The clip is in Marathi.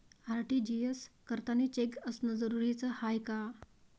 आर.टी.जी.एस करतांनी चेक असनं जरुरीच हाय का?